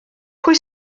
pwy